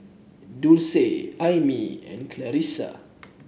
Dulce Aimee and Clarisa